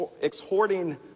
exhorting